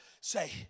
say